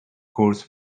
course